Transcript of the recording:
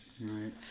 Right